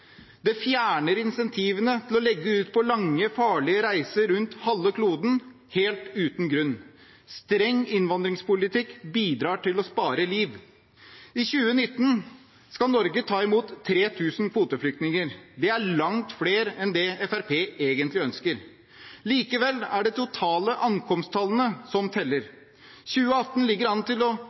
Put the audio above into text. Det fjerner incentivene til å legge ut på lange, farlige reiser rundt halve kloden helt uten grunn. Streng innvandringspolitikk bidrar til å spare liv. I 2019 skal Norge ta imot 3 000 kvoteflyktninger. Det er langt flere enn det Fremskrittspartiet egentlig ønsker. Likevel er det de totale ankomsttallene som teller. I 2018 ligger det an til